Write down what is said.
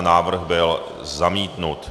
Návrh byl zamítnut.